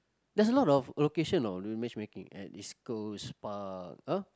there's a lot of location now doing matchmaking at East-Coast-Park !huh!